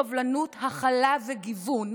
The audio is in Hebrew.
סובלנות, הכלה וגיוון,